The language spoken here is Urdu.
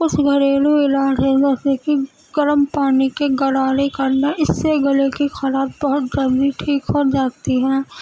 کچھ گھریلو علاج ہے جیسے کہ گرم پانی کے غرارے کرنا اس سے گلے کی خراش بہت جلدی ٹھیک ہو جاتی ہے